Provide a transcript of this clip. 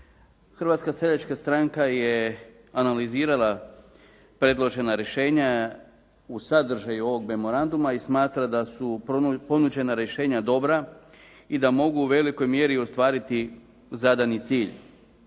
Hrvatska seljačka stranka je analizirala predložena rješenja u sadržaj ovog memoranduma i smatra da su ponuđena rješenja dobra i da mogu u velikoj mjeri ostvariti zadani cilj,